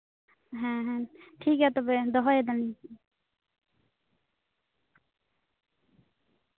ᱦᱮᱸ ᱦᱮᱸ ᱴᱷᱤᱠᱜᱮᱭᱟ ᱛᱚᱵᱮ ᱫᱚᱦᱚᱭ ᱫᱟᱞᱤᱧ